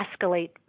escalate